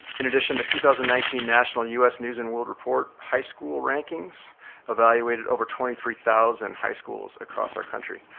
in addition, the two thousand and nineteen national us news and world report high school rankings evaluated over twenty three thousand high schools across our country.